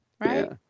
Right